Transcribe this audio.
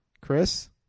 Chris